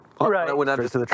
Right